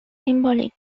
symbolic